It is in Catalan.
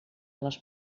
les